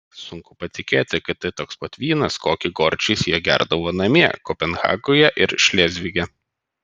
sunku patikėti kad tai toks pat vynas kokį gorčiais jie gerdavo namie kopenhagoje ir šlėzvige